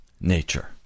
nature